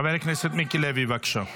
חבר הכנסת מיקי לוי, בבקשה.